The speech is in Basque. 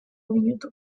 minutu